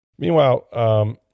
Meanwhile